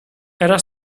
era